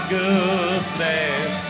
goodness